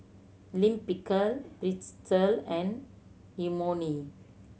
Lime Pickle Pretzel and Imoni